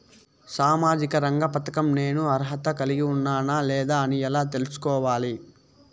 సామాజిక రంగ పథకం నేను అర్హత కలిగి ఉన్నానా లేదా అని ఎలా తెల్సుకోవాలి?